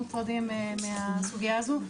מוטרדים מהסוגיה הזו,